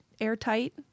airtight